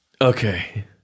okay